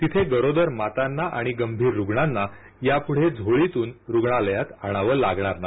तिथे गरोदर मातांना आणि गंभीर रुग्णांना यापुढे झोळीतून रुग्णालयात आणावं लागणार नाही